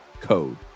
code